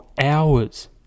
hours